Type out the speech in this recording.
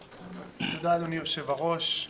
תודה, אדוני היושב-ראש.